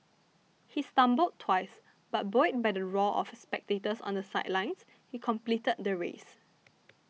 he stumbled twice but buoyed by the roar of spectators on the sidelines he completed the race